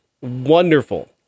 Wonderful